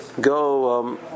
go